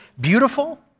beautiful